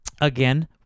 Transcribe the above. Again